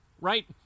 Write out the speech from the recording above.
right